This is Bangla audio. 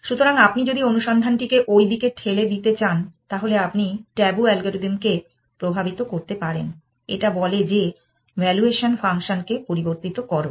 সুতরাং আপনি যদি অনুসন্ধানটিকে ওই দিকে ঠেলে দিতে চান তাহলে আপনি ট্যাবু অ্যালগরিদমকে প্রভাবিত করতে পারেন এটা বলে যে ভ্যালুয়েশন ফাংশন কে পরিবর্তন করো